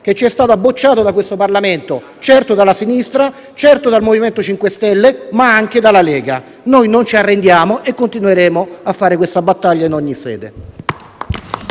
che ci sono stati bocciati da questo Parlamento, certo dalla sinistra, certo dal Movimento 5 Stelle, ma anche dalla Lega. Noi non ci arrendiamo e continueremo a fare questa battaglia in ogni sede.